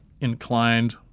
inclined